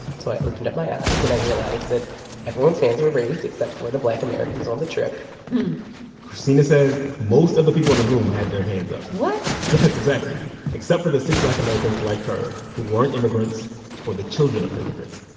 so i opened up my eyes. and i realized realized that everyone's hands were raised except for the black americans on the trip hmm christina says most of the people in the room had their hands up what? yes, exactly except for the six black americans like her, who weren't immigrants or the children of immigrants.